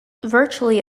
virtually